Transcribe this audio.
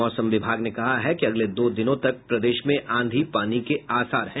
मौसम विभाग ने कहा है कि अगले दो दिनों तक प्रदेश में आंधी पानी के आसार हैं